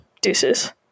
deuces